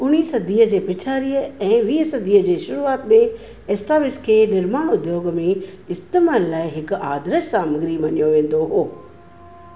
उणिवीह सदीअ जी पछाड़ीअ ऐं वीह सदीअ जी शुरूआति में एस्बेस्टॉस खे निर्मामु उद्योग में इस्तेमालु लाइ हिकु आदर्शु सामग्री मञियो वेंदो हो